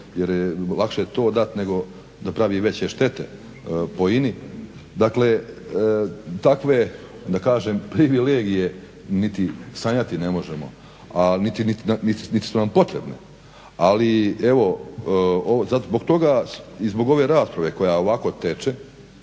jer je lakše to dati nego da pravi veće štete po INA-i. Dakle takve da kažem privilegije niti sanjati ne možemo, a niti su nam potrebne. Ali zbog toga i zbog ove rasprave koja ovako teče